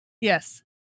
Yes